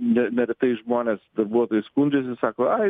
ne neretai žmonės darbuotojai skundžiasi sako ai